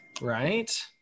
Right